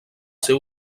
ser